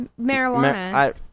Marijuana